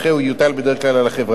והוא יוטל בדרך כלל על החברה,